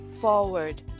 forward